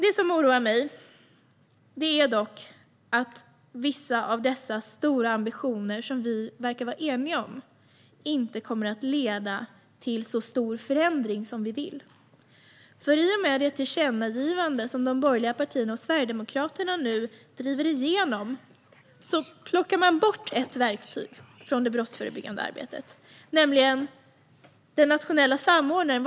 Det som oroar mig är dock att vissa av de stora ambitioner som vi verkar att vara eniga om inte kommer att leda till den stora förändring som vi vill se. I och med det tillkännagivande som de borgerliga partierna och Sverigedemokraterna nu driver igenom plockar man bort ett verktyg från det brottsförebyggande arbetet, nämligen den nationella samordnaren.